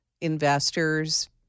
investors